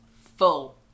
full